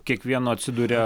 kiekvieno atsiduria